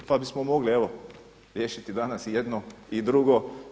Pa bismo mogli evo riješiti danas i jedno i drugo.